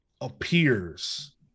appears